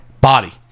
Body